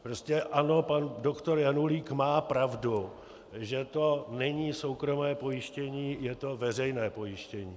Prostě ano, pan doktor Janulík má pravdu, že to není soukromé pojištění, je to veřejné pojištění.